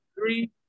three